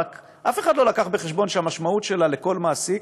רק אף אחד לא הביא בחשבון שהמשמעות שלה לכל מעסיק